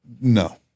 no